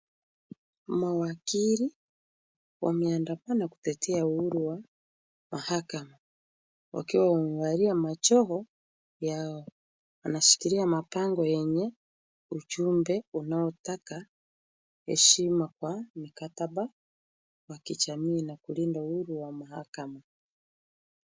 Mawakili wameandamana kutetea uhuru wa mahakama wakiwa wamevalia majoho yao. Wanashikilia mabango yenye ujumbe unaotaka heshima kwa mikataba wa kijamii na kulinda uhuru wa mahakama.